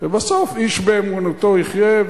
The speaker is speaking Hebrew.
ובסוף איש באמונתו יחיה,